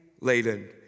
laden